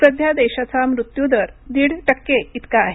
सध्या देशाचा मृत्यूदर दीड टक्के इतका आहे